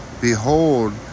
behold